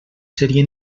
seria